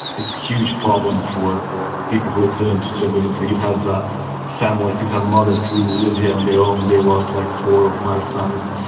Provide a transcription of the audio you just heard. it's a huge problem for people who return to srebrenica. you have ah families, you have mothers, who live here on their own they lost like four or five sons.